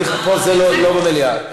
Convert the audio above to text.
פה, זה לא במליאה.